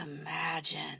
imagine